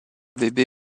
bébé